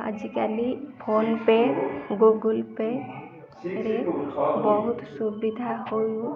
ଆଜିକାଲି PhonePe Google ପେ'ରେ ବହୁତ୍ ସୁବିଧା ହଉ